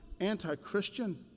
anti-Christian